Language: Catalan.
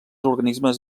organismes